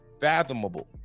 fathomable